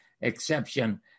Exception